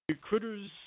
critters